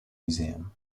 museum